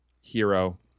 hero